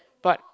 but